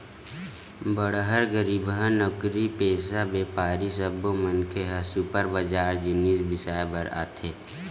बड़हर, गरीबहा, नउकरीपेसा, बेपारी सब्बो मनखे ह सुपर बजार म जिनिस बिसाए बर आथे